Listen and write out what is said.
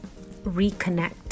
reconnect